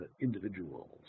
individuals